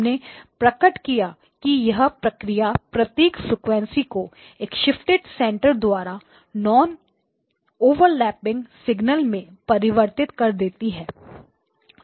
हमने प्रकट किया कि यह प्रक्रिया प्रत्येक फ्रीक्वेंसीको एक शिफ्टेड सेंटर द्वारा नॉन ओवरलैपिंग सिग्नल में परिवर्तित कर देती है